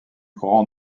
grand